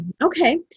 okay